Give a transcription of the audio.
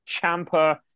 Champa